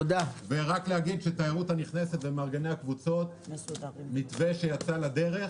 רק להגיד שהתיירות הנכנסת ומארגני הקבוצות זה מתווה שיצא לדרך.